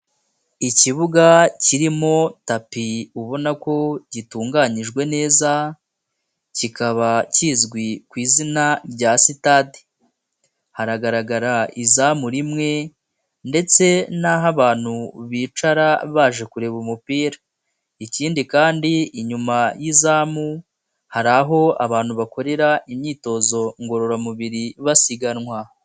Ikibuga kirimo tapi ubona ko gitunganyijwe neza kikaba kizwi ku izina rya sitade, haragaragara izamu rimwe ndetse n'aho abantu bicara baje kureba umupira, ikindi kandi inyuma y'izamu hari aho abantu bakorera imyitozo ngororamubiri basiganwa.